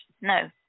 no